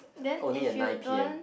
then if you don't